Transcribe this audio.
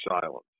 silence